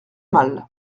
mal